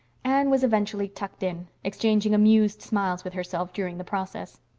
anne was eventually tucked in, exchanging amused smiles with herself during the process.